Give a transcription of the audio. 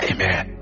Amen